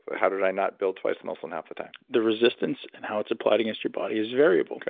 ah how did i not build twice the muscle in half the time? the resistance and how it's applied against your body is variable,